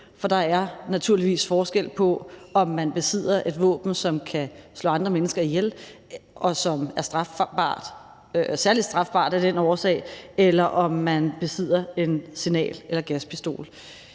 for der er naturligvis forskel på, om man besidder et våben, som kan slå andre mennesker ihjel, og som af den årsag er særlig strafbart at besidde, eller om man besidder en signal- eller gaspistol.